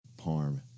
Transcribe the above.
Parm